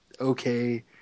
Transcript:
okay